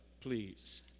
please